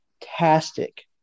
fantastic